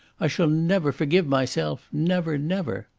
i shall never forgive myself never, never!